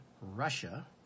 Russia